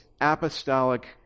apostolic